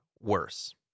worse